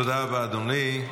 תודה רבה, אדוני.